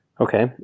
Okay